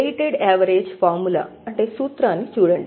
weighted average formula సూత్రాన్ని చూడండి